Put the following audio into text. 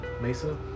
Mesa